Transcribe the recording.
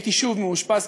הייתי שוב מאושפז,